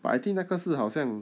but I think 那个是好像